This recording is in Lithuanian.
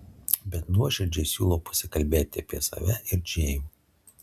bet nuoširdžiai siūliau pasikalbėti apie save ir džėjų